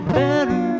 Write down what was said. better